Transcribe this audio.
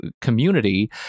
community